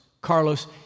Carlos